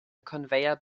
conveyor